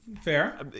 Fair